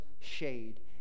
shade